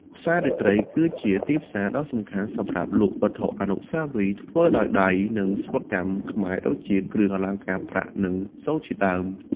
ផ្សាររាត្រីគឺជាទីផ្សារដ៏សំខាន់សម្រាប់លក់វត្ថុអនុស្សាវរីយ៍ធ្វើដោយដៃ និងសិប្បកម្មខ្មែរដូចជា គ្រឿងអលង្ការប្រាក់ និងសូត្រជាដើម។